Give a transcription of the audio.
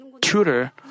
tutor